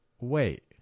wait